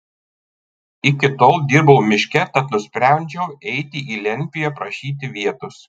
iki tol dirbau miške tad nusprendžiau eiti į lentpjūvę prašyti vietos